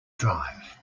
drive